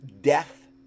death